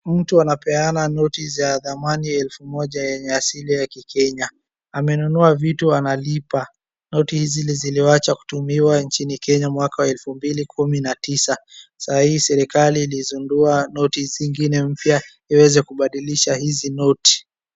Mtu anapeana noti za thamani elfu moja yenye asili ya ki Kenya. Amenunua vitu analipa. Noti hizi ziliacha kutumiwa nchini Kenya mwaka elfu mbili kumi na tisa. Saa hii serikali ilizindua noti zingine mpya iweze kubadilisha hizi noti.